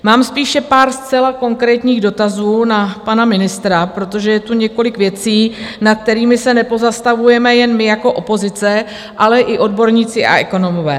Mám spíše pár zcela konkrétních dotazů na pana ministra, protože je tu několik věcí, nad kterými se nepozastavujeme jen my jako opozice, ale i odborníci a ekonomové.